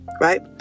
Right